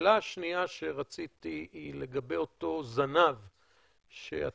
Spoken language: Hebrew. השאלה השנייה שרציתי היא לגבי אותו זנב שאתם